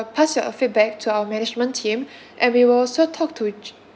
pass your feedback to our management team and we will also talk to